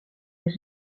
est